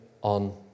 on